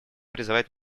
призывает